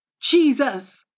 Jesus